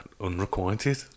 unrequited